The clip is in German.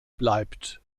bleibt